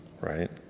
Right